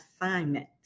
assignment